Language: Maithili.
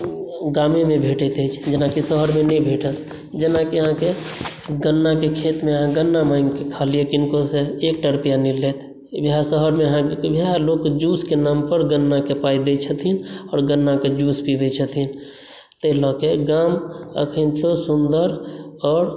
गामेमे भेटैत अछि अहाँकेँ शहरमे नहि भेटत जेनाकि अहाँकेँ गन्नाके खेतमे अहाँ गन्ना माङ्गिके खा लिअ किनकोसँ एकटा रुपैआ नहि लेत इएह शहरमे इएह लोक जूसके नामपर गन्नाकेँ पाइ दैत छथिन आओर गन्नाके जूस पीबैत छथिन ताहि लऽ के गाम एखन तक सुन्दर आओर